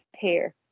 pair